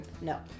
No